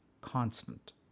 constant